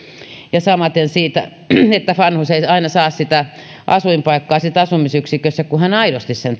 samaten se että vanhus ei aina saa asuinpaikkaa asumisyksiköstä kun hän aidosti sen